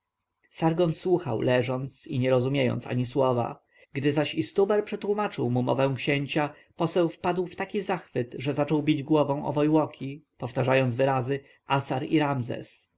sargon słuchał leżąc i nie rozumiejąc ani słowa gdy zaś istubar przetłomaczył mu mowę księcia poseł wpadł w taki zachwyt że zaczął bić głową o wojłoki powtarzając wyrazy assar i